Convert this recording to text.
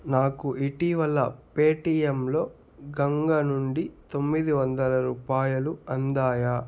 నాకు ఇటీవల పేటిఎమ్లో గంగ నుండి తొమ్మిది వందల రూపాయలు అందాయా